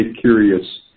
curious –